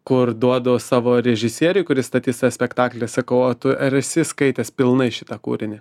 kur duodu savo režisieriui kuris statys tą spektaklį sakau o tu ar esi skaitęs pilnai šitą kūrinį